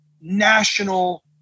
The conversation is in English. national